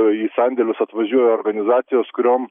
į sandėlius atvažiuoja organizacijos kuriom